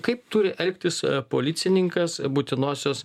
kaip turi elgtis policininkas būtinosios